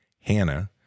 Hannah